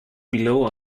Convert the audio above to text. below